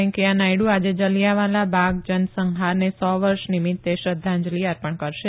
વેંકૈયા નાયડુ આજે જલીયાંવાલા બાગ જનસંહારને સો વર્ષ નિમિત્તે શ્રદ્ધાંજલિ અર્પણ કરશે